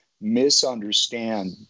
misunderstand